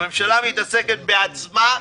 הממשלה מתעסקת בעצמה,